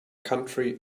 country